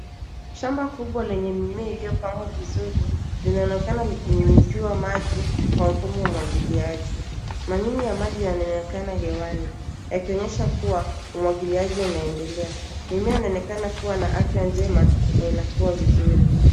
Shamba kubwa lenye mimea iliyopangwa vizuri, linaonekana likinyunyiziwa maji kwa mfumo wa umwagiliaji. Manyunyu ya maji yanaonekana hewani, yakionyesha kua umwagiliaji unaendelea. Mimea inaonekana kua na afya njema na inakua vizuri.